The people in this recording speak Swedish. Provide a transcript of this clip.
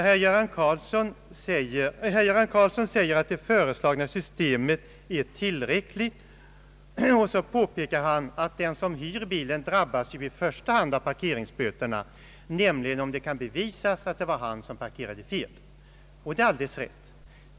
Herr Göran Karlsson säger att det föreslagna systemet är till fyllest och påpekar att den som hyr en bil i första hand drabbas av parkeringsböter, nämligen om det kan bevisas att det var han som parkerade fel. Detta är alldeles riktigt.